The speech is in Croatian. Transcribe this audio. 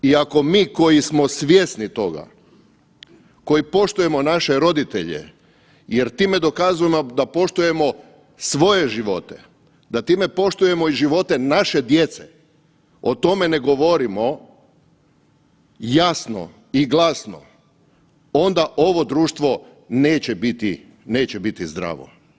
I ako mi koji smo svjesni toga koji poštujemo naše roditelje jer time dokazujemo da poštujemo svoje živote, da time poštujemo živote naše djece o tome ne govorimo jasno i glasno onda ovo društvo neće biti zdravo.